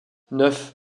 neuf